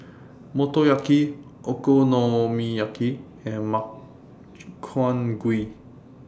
Motoyaki Okonomiyaki and Makchang Gui